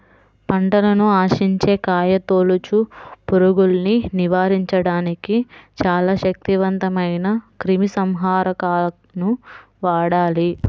పంటను ఆశించే కాయతొలుచు పురుగుల్ని నివారించడానికి చాలా శక్తివంతమైన క్రిమిసంహారకాలను వాడాలి